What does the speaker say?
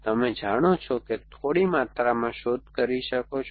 તમે જાણો છો કે થોડી માત્રામાં શોધ કરી શકો છો